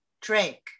Drake